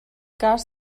cas